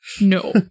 No